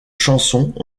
chansons